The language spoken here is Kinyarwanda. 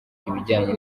ibijyanye